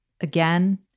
again